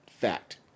fact